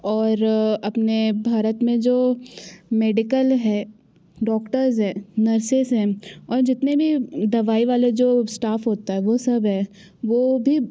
और अपने भारत में जो मेडिकल है डॉक्टर्स हैं नर्सेस हैं और जितने भी दवाई वाले जो स्टाफ़ होता है वो सब है वो भी